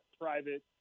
private